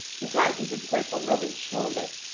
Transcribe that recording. he tightened his grip of robin's shoulders,